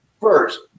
first